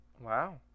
Wow